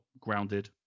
Grounded